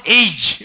age